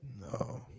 No